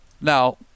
Now